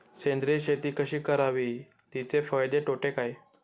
सेंद्रिय शेती कशी करावी? तिचे फायदे तोटे काय?